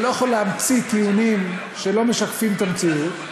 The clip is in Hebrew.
אני לא יכול להמציא טיעונים שלא משקפים את המציאות,